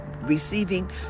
receiving